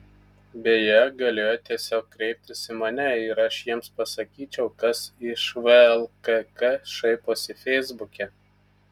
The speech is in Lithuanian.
beje galėjo tiesiog kreiptis į mane ir aš jiems pasakyčiau kas iš vlkk šaiposi feisbuke